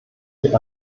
die